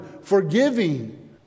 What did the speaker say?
forgiving